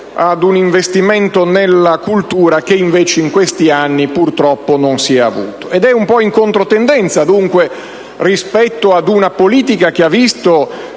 ad un investimento nella cultura che in questi anni purtroppo non si è avuto. Esso appare quindi in controtendenza rispetto ad una politica che ha visto